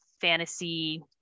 fantasy